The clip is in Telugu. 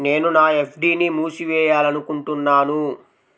నేను నా ఎఫ్.డీ ని మూసివేయాలనుకుంటున్నాను